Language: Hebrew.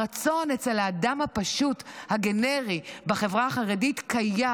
הרצון אצל האדם הפשוט, הגנרי, בחברה החרדית קיים.